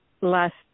Last